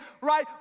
right